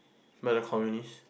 by the communist